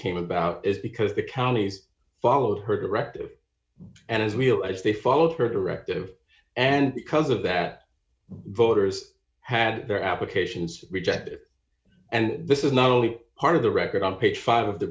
came about is because the counties followed her directive and as we'll as they followed her directive and because of that voters had their applications rejected and this is not only part of the record on page five of the